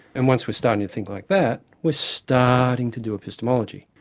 and once we're starting to think like that, we're starting to do epistemology.